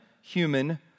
human